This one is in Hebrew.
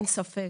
אין ספק